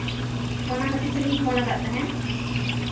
ᱛᱳ ᱚᱱᱟ ᱠᱷᱟᱹᱛᱤᱨ ᱛᱮᱞᱤᱧ ᱯᱷᱳᱱ ᱠᱟᱜ ᱛᱟᱦᱮᱱ